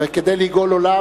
וכדי לגאול עולם,